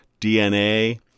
DNA